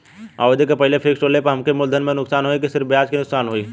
अवधि के पहिले फिक्स तोड़ले पर हम्मे मुलधन से नुकसान होयी की सिर्फ ब्याज से नुकसान होयी?